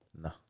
No